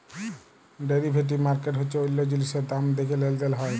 derivative market হচ্যে অল্য জিলিসের দাম দ্যাখে লেলদেল হয়